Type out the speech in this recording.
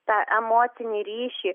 tą emocinį ryšį